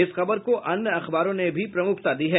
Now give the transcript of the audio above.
इस खबर को अन्य अखबारों ने भी प्रमुखता दी है